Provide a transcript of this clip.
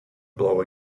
blow